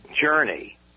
Journey